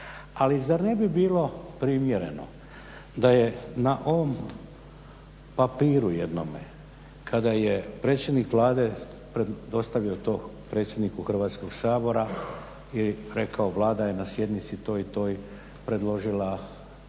Ali zar ne bi bilo primjereno da je na ovom papiru jednome kada je predsjednik Vlade dostavio to predsjedniku Hrvatskog sabora rekao Vlada je na sjednici toj i toj predložila gospodina